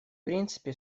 принципе